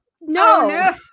no